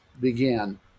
began